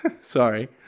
sorry